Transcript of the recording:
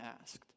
asked